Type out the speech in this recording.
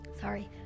sorry